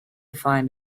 find